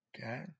okay